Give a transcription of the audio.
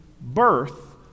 birth